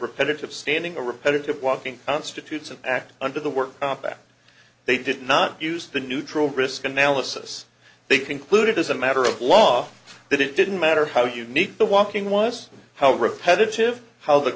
repetitive standing a repetitive walking on students an act under the work that they did not use the neutral risk analysis they concluded as a matter of law that it didn't matter how unique the walking was how repetitive how the